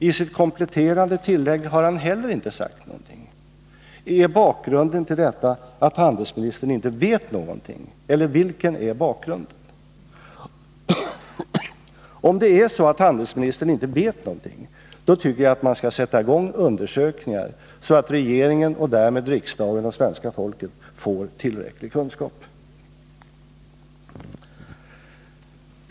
I sitt kompletterande tillägg har handelsministern heller inte sagt någonting om detta. Är bakgrunden att Nr 49 handelsministern inte vet någonting, eller vilken är bakgrunden? Om det är så att handelsministern inte vet någonting, tycker jag att man skall sätta i gång undersökningar, så att regeringen och därmed riksdagen och svenska folket får tillräcklig kunskap.